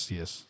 yes